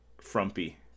frumpy